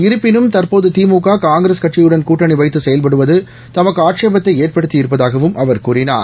இருப்பினும் தற்போது திமுக காங்கிரஸ் கட்சியுடன் கூட்டணி வைத்து செயல்படுவது தமக்கு அட்சேபத்தை ஏற்படுத்தி இருப்பதாகவும் அவர் கூறினார்